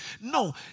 No